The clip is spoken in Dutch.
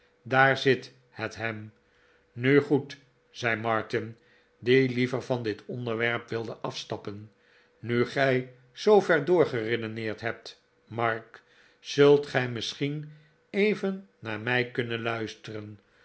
daar zit het hem nu goed zei martin die liever van dit onderwerp wilde afstappen nu gij zoover doorgeredeneerd hebt mark zult gij misschien even naar mij kunnen luisteren